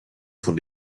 von